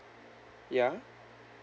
ya